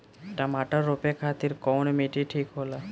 टमाटर रोपे खातीर कउन माटी ठीक होला?